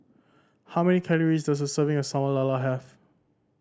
how many calories does a serving of Sambal Lala have